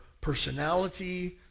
personality